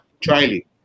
Charlie